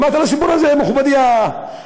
שמעת על הסיפור הזה, מכובדי השכן?